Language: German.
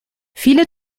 viele